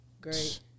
Great